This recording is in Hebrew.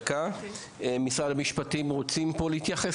משרד המשפטים, האם רוצים להתייחס